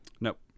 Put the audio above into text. Nope